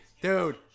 Dude